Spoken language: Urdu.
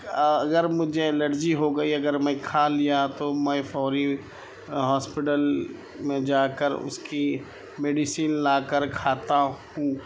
اگر مجھے الرجی ہو گئی اگر میں کھا لیا تو میں فوری ہاسپٹل میں جا کر اس کی میڈیسن لا کر کھاتا ہوں